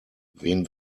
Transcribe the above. wen